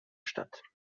statt